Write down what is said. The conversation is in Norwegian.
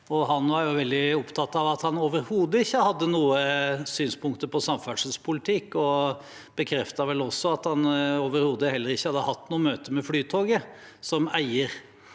Han var veldig opptatt av at han overhodet ikke hadde noen synspunkter på samferdselspolitikk. Han bekreftet vel også at han som eier overhodet heller ikke hadde hatt noe møte med Flytoget.